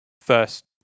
first